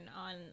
on